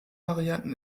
varianten